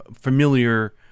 familiar